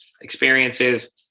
experiences